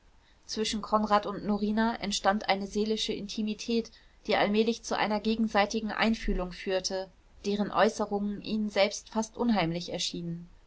zwischen konrad und norina entstand eine seelische intimität die allmählich zu einer gegenseitigen einfühlung führte deren äußerungen ihnen selbst fast unheimlich erschienen